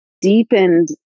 deepened